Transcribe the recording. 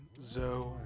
Zoe